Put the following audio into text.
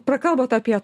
prakalbot apie